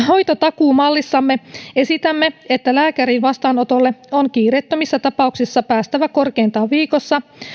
hoitotakuumallissamme esitämme että lääkärin vastaanotolle on kiireettömissä tapauksissa päästävä vähintään viikossa